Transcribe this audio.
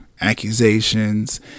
accusations